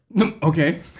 Okay